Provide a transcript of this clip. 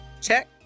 Check